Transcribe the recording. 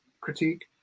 critique